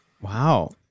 Wow